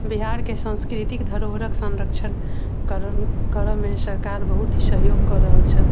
बिहारके सान्स्कृतिक धरोहरक संरक्षण करऽमे सरकार बहुत ही सहयोग कऽ रहल छथि